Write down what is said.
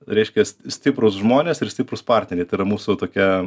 reiškias stiprūs žmonės ir stiprūs partneriai tai yra mūsų tokia